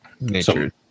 nature